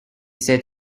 said